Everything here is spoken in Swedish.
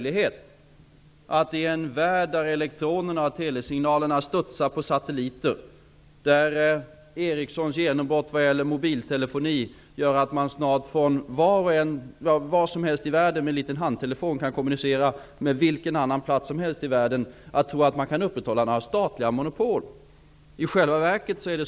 I en värld där telesignalerna studsar mot satelliter, där Ericssons genombrott inom mobiltelefoni gör att man snart var som helst med en liten handtelefon kan kommunicera med vilken annan plats på jorden som helst, finns det ingen möjlighet att tro att man kan upprätthålla gamla statliga monopol.